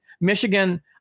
Michigan